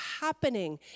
happening